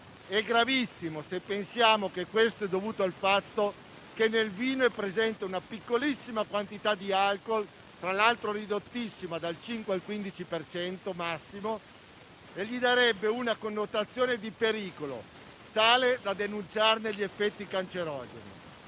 è gravissimo, se pensiamo che questo è dovuto al fatto che nel vino è presente una piccolissima quantità di alcol, fra l'altro ridottissima (dal 5 al 15 per cento massimo), che gli darebbe una connotazione di pericolo, tale da denunciarne gli effetti cancerogeni.